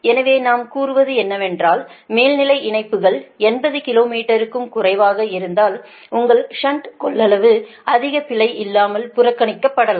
எனவே நாம் கூறுவது என்னவென்றால் மேல்நிலை இணைப்புகள் 80 கிலோ மீட்டருக்கும் குறைவாக இருந்தால் உங்கள் ஷன்ட் கொள்ளளவு அதிக பிழை இல்லாமல் புறக்கணிக்கப்படலாம்